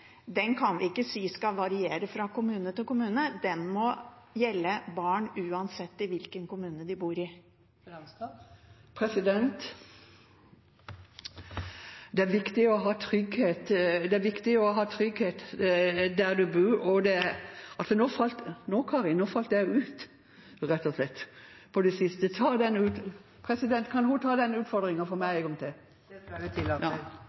kan vi ikke si at skal variere fra kommune til kommune. Den må gjelde barn uansett hvilken kommune de bor i. Det er viktig å ha trygghet der en bor. Altså nå falt jeg ut. Kan hun ta den utfordringen til meg en gang til? Det tillater vi. Spørsmålet mitt handlet om at det er fint med kommunalt sjølstyre og valgmuligheter, men når det gjelder å sikre de barna som trenger hjelp av barnevernet, kan det